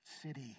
city